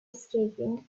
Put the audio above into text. escaping